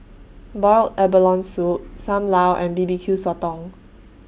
boiled abalone Soup SAM Lau and B B Q Sotong